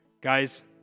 guys